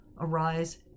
arise